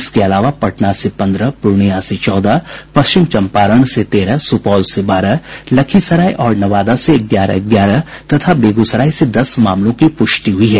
इसके अलावा पटना से पन्द्रह पूर्णिया से चौदह पश्चिम चंपारण से तेरह सुपौल से बारह लखीसराय और नवादा से ग्यारह ग्यारह तथा बेगूसराय से दस मामलों की पुष्टि हुई है